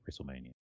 WrestleMania